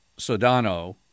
Sodano